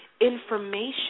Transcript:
information